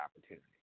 opportunity